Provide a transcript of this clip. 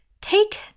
take